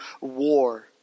war